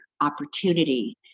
opportunity